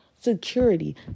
security